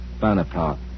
Bonaparte